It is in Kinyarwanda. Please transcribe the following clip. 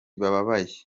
babaye